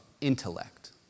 intellect